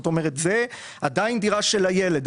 זה עדיין דירה של הילד.